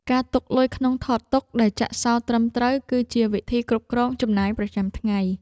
ការទុកលុយក្នុងថតតុដែលចាក់សោត្រឹមត្រូវ គឺជាវិធីគ្រប់គ្រងចំណាយប្រចាំថ្ងៃ។